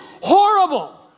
horrible